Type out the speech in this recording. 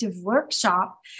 workshop